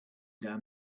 down